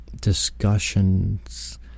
discussions